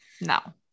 No